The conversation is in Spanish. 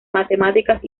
matemáticas